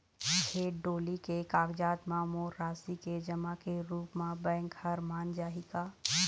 खेत डोली के कागजात म मोर राशि के जमा के रूप म बैंक हर मान जाही का?